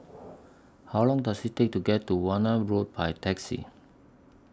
How Long Does IT Take to get to Warna Road By Taxi